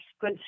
good